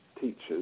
teachers